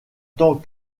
tant